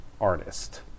artist